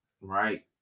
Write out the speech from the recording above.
Right